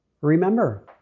Remember